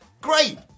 great